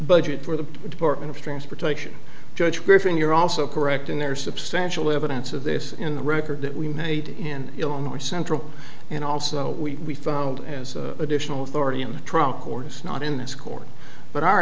budget for the department of transportation judge griffin you're also correct in there substantial evidence of this in the record that we made in illinois central and also we found additional authority in the trunk or it's not in this court but our